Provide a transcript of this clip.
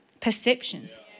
perceptions